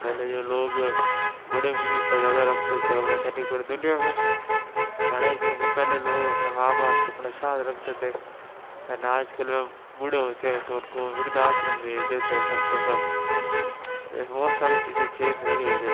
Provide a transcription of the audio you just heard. पहले जो लोग बड़े बुजुर्ग का ज़्यादा रखते थे अब वैसा नहीं करते दुनिया में बड़े ही चेंज हैं पहले लोग अपने माँ बाप को अपने साथ रखते थे है ना आज के लोग बूढ़े होते हैं तो उनको वृद्धाश्रम भेज देते सब के सब बहुत सारी चीज़ें चेंज हुई हैं इधर